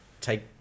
take